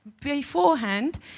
beforehand